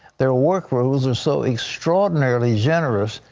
their work rules are so extraordinarily generous.